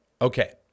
okay